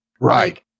Right